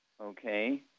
okay